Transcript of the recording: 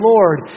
Lord